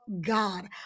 God